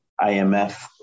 IMF